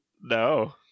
No